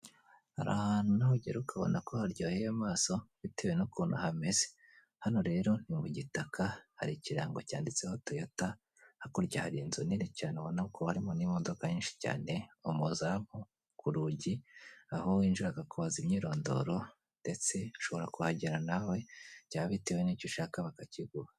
Hari ahantu uribugere ukabona ko haryoheye amaso bitewe n'ukuntu hameze, hano rero ni ku gitaka hari ikirango cyanditseho Toyota, hakurya hari inzu nini cyane ubona ko hari n'imodoka nyishi cyane, umuzamu ku rugi aho winjira akakubaza imyirondoro ndetse ushobora nawe byaba bitewe n'icyo ushaka bakakiguha.